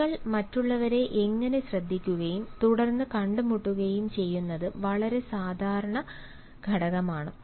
നിങ്ങൾ മറ്റുള്ളവരെ എങ്ങനെ ശ്രദ്ധിക്കുകയും തുടർന്ന് കണ്ടുമുട്ടുകയും ചെയ്യുന്നത് വളരെ സാധാരണ ഘടകമാണ്